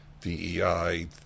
DEI